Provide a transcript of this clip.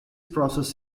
process